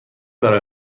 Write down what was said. برای